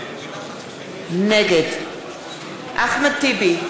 נגד אחמד טיבי,